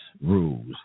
rules